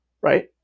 right